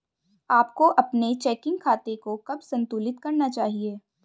आपको अपने चेकिंग खाते को कब संतुलित करना चाहिए?